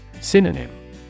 Synonym